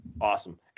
Awesome